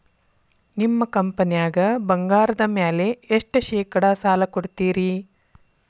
ನಿಮ್ಮ ಕಂಪನ್ಯಾಗ ಬಂಗಾರದ ಮ್ಯಾಲೆ ಎಷ್ಟ ಶೇಕಡಾ ಸಾಲ ಕೊಡ್ತಿರಿ?